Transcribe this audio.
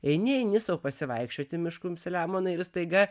eini eini sau pasivaikščioti mišku selemonai ir staiga